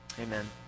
Amen